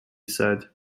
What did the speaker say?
said